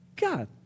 God